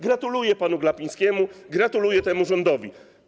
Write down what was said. Gratuluję panu Glapińskiemu, gratuluję temu rządowi.